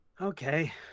Okay